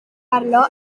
parò